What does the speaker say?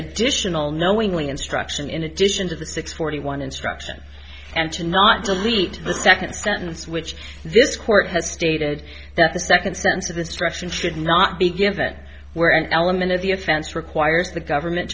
additional knowingly instruction in addition to the six forty one instruction and to not delete the second sentence which this court has stated that the second sentence of instruction should not be given where an element of the offense requires the government